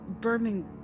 Birmingham